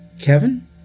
Kevin